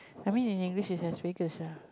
I mean in English is esophagus lah